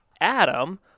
Adam